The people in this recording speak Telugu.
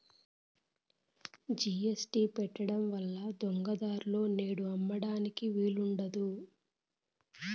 జీ.ఎస్.టీ పెట్టడం వల్ల దొంగ దారులలో నేడు అమ్మడానికి వీలు ఉండదు